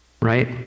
right